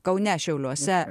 kaune šiauliuose